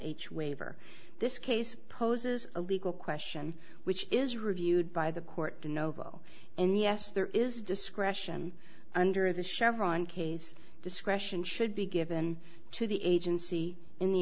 h waiver this case poses a legal question which is reviewed by the court to novo and yes there is discretion under the chevron case discretion should be given to the agency in the